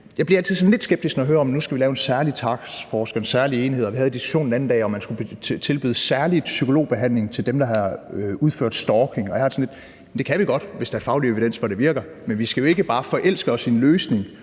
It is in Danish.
jeg bliver altid sådan lidt skeptisk, når jeg hører om, at nu skal vi lave en særlig taskforce, en særlig enhed. Vi havde diskussionen den anden dag, om man skulle tilbyde særlig psykologbehandling til dem, der har udført stalking, og jeg har det sådan lidt på den måde, at det kan vi godt, hvis der er faglig evidens for, at det virker. Men vi skal jo ikke bare forelske os i en løsning